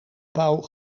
pauw